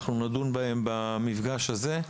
אנחנו נדון בהם במפגש הזה.